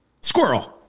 Squirrel